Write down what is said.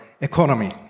economy